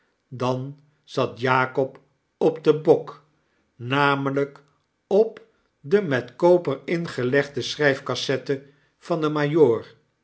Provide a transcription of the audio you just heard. dan zat jakob op den bok namelijk op de met koper ingelegde schrijfcassette van den